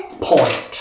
point